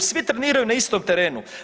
Svi treniraju na istom terenu.